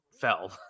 fell